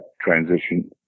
transition